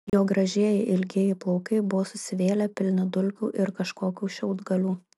jo gražieji ilgieji plaukai buvo susivėlę pilni dulkių ir kažkokių šiaudgalių